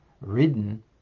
ridden